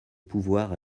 pouvoir